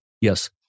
Yes